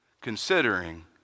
considering